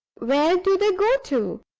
where do they go to?